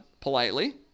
politely